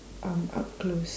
um up close